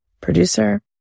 producer